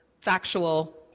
factual